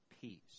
peace